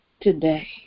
today